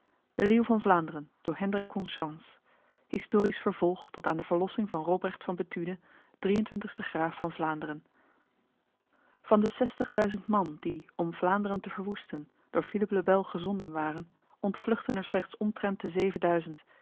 de hemel teruggekeerd historisch vervolg tot aan de verlossing van robrecht van bethune drieëntwintigste graaf van vlaanderen van de zestigduizend man die om vlaanderen te verwoesten door philippe le bel gezonden waren ontvluchtten er slechts omtrent de zevenduizend